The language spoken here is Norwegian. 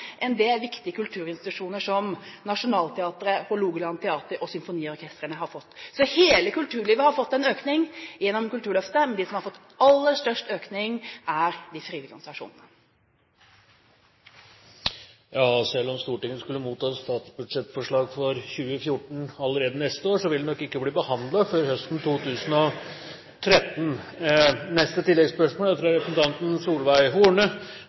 enn det viktige kulturinstitusjoner som Nationaltheatret, Hålogaland Teater og symfoniorkestrene har fått. Så hele kulturlivet har fått en økning gjennom Kulturløftet, men de som har fått aller størst økning, er de frivillige organisasjonene. Selv om Stortinget skulle motta statsbudsjettforslaget for 2014 allerede neste år, vil det nok ikke bli behandlet før høsten 2013! Solveig Horne – til oppfølgingsspørsmål. Jeg må virkelig si at jeg er